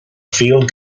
field